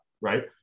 right